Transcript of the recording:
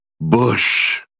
bush